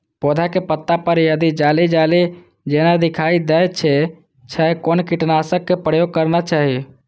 पोधा के पत्ता पर यदि जाली जाली जेना दिखाई दै छै छै कोन कीटनाशक के प्रयोग करना चाही?